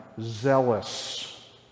zealous